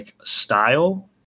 style